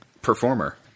performer